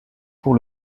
pour